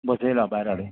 बसयला भायर हाडून